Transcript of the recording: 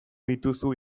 dituzu